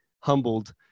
humbled